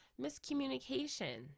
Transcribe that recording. miscommunication